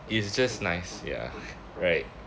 it's just nice ya right